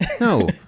No